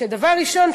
דבר ראשון,